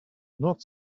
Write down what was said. not